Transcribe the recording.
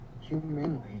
humanly